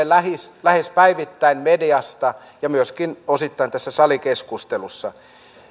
lähes lähes päivittäin mediasta ja myöskin osittain tässä salikeskustelussa